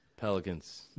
Pelicans